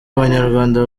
abanyarwanda